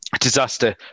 disaster